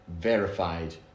verified